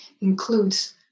includes